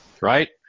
right